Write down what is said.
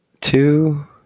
two